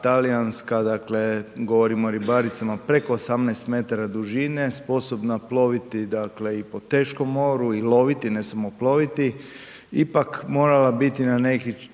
talijanska, dakle, govorimo o ribaricama preko 18 m dužine sposobna ploviti, dakle, i po teškom moru i loviti, ne samo ploviti ipak morala biti na neki